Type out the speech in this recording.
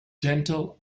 dental